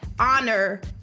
Honor